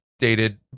dated